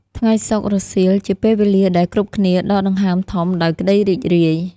ថ្ងៃសុក្ររសៀលជាពេលវេលាដែលគ្រប់គ្នាដកដង្ហើមធំដោយក្ដីរីករាយ។